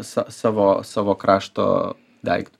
sa savo savo krašto daiktu